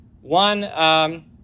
one